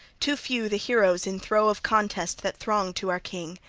too few the heroes in throe of contest that thronged to our king!